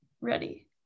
ready